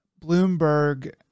Bloomberg